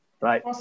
Right